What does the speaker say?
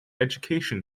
education